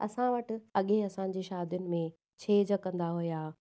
असां वटि अॻिए असांजी शादियुनि में छेॼ कंदा हुआ